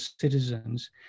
citizens